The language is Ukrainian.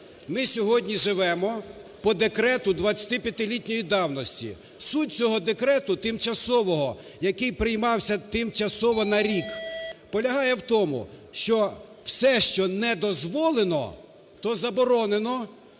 Ми сьогодні живемо по декрету 25-літньої давності, суть цього декрету тимчасового, який приймався тимчасово на рік, полягає в тому, що все, що не дозволено, то заборонено.